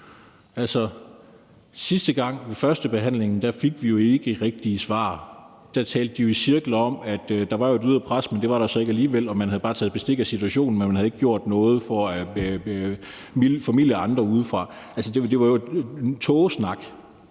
Sidste gang ved førstebehandlingen fik vi jo ikke rigtige svar. Der talte de jo i cirkler om, at der var et ydre pres, men det var der så ikke alligevel, og man havde bare taget bestik af situationen; man havde ikke gjort noget af det her for at formilde andre udefra. Altså, det var jo en tågesnak.